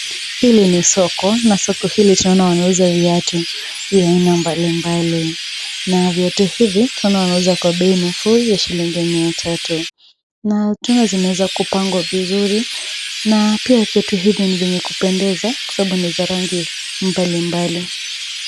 Hili ni soko na soko hili pia wanauza viatu vya aina mbalimbali na viatu hivi wanauza kwa bei nafuu ya shikingi Mia tatu na pia zimeweza kupangwa vizuri na pia viatu hivi ni venye kupendeza kwa Sababu ni za rangi mbalimbali.